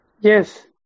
Yes